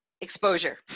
exposure